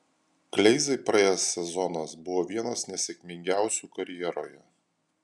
kleizai praėjęs sezonas buvo vienas nesėkmingiausių karjeroje